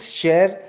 share